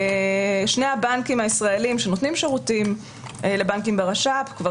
שני הבנקים הישראלים שנותנים שירותים לבנקים ברש"פ כבר